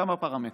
כמה פרמטרים: